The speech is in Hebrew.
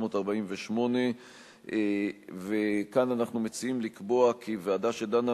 התש"ח 1948. כאן אנחנו מציעים לקבוע כי ועדה שדנה